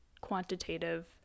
quantitative